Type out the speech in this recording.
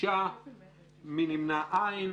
הצבעה בעד, 4 נגד, 6 לא אושרה.